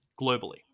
globally